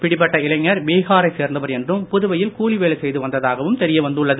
பிடிபட்ட இளைஞர் பீகாரை சேர்ந்தவர் என்றும் புதுவையில் கூலி வேலை செய்து வந்ததாகவும் தெரியவந்துள்ளது